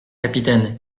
capitaine